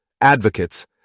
advocates